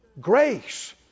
Grace